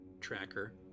tracker